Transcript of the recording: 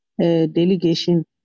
delegation